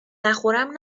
نخورم